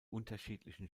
unterschiedlichen